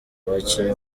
abakinnyi